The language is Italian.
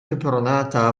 peperonata